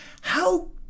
How